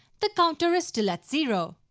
the counter is still at zero.